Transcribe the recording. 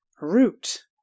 Root